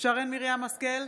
שרן מרים השכל,